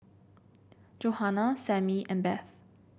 Johana Sammy and Beth